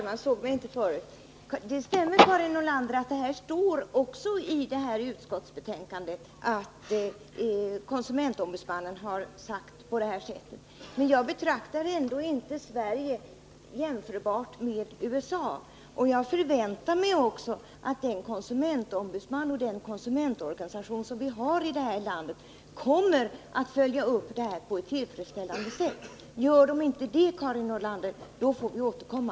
Herr talman! Det stämmer, Karin Nordlander, att det i utskottsbetänkandet refereras att konsumentombudsmannen har uttalat sig på detta sätt. Men jag betraktar ändå inte Sverige som jämförbart med USA. Jag förväntar mig också att den konsumentombudsman och den konsumentorganisation som vi har i det här landet kommer att följa upp denna fråga på ett tillfredsstä sätt. Gör man inte det, Karin Nordlander, får vi återkomma.